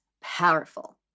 powerful